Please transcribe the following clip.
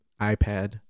iPad